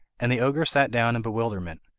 and the ogre sat down in bewilderment,